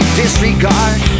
disregard